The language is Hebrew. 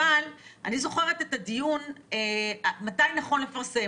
אבל אני זוכרת את הדיון מתי נכון לפרסם,